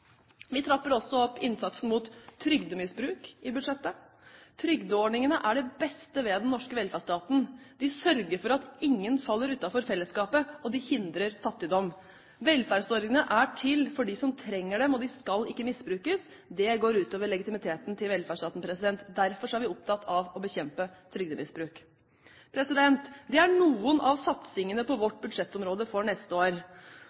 Vi trapper også opp innsatsen mot trygdemisbruk i budsjettet. Trygdeordningene er det beste ved den norske velferdsstaten. Vi sørger for at ingen faller utenfor fellesskapet, og det hindrer fattigdom. Velferdsordningene er til for dem som trenger dem, og de skal ikke misbrukes – det går ut over legitimiteten til velferdsstaten. Derfor er vi opptatt av å bekjempe trygdemisbruk. Dette er noen av satsingene på vårt budsjettområde for neste år.